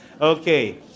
Okay